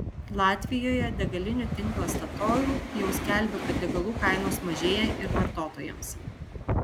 latvijoje degalinių tinklas statoil jau skelbia kad degalų kainos mažėja ir vartotojams